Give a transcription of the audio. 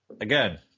Again